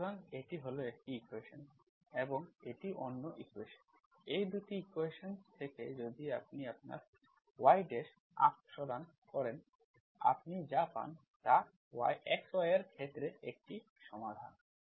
সুতরাং এটি হল একটি ইকুয়েশন্ এবং এটি অন্য ইকুয়েশন্ এই 2 ইকুয়েশন্স থেকে যদি আপনি আপনার y ড্যাশ অপসারণ করেন আপনি যা পান তা xy এর ক্ষেত্রে একটি সমাধান